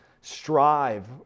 strive